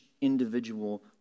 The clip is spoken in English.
individual